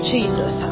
Jesus